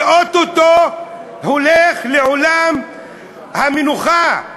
65. שאו-טו-טו הולך לעולם המנוחה,